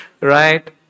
right